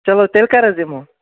چلو تیٚلہِ کَر حظ یِمو